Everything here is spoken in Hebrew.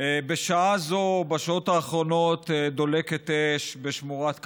בשעה הזאת ובשעות האחרונות דולקת אש בשמורת כרמיה,